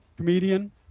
Comedian